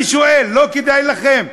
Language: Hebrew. אני שואל, לא כדאי לכם?